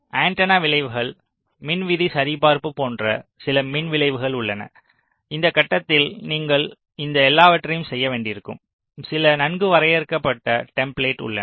antenna விளைவுகள் மின் விதி சரிபார்ப்பு போன்ற சில மின் விளைவுகள் உள்ளன இந்த கட்டத்தில் நீங்கள் இந்த எல்லாவற்றையும் செய்ய வேண்டியிருக்கும் சில நன்கு வரையறுக்கப்பட்ட டெம்ப்லேட் உள்ளன